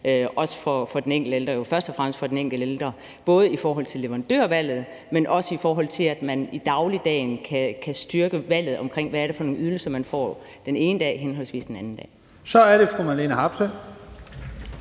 styrke det frie valg for først og fremmest den enkelte ældre, både i forhold til leverandørvalget, men også, i forhold til at man i dagligdagen kan styrke valget om, hvad det er for nogle ydelser, man får den ene dag og den anden dag. Kl. 12:18 Første